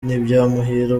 ntibyamuhira